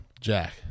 Jack